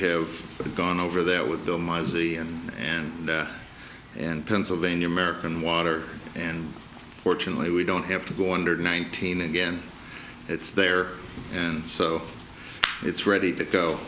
have gone over there with the mozzie and and pennsylvania american water and fortunately we don't have to go under nineteen again it's there and so it's ready to go